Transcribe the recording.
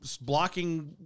blocking